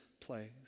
place